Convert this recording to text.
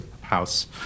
house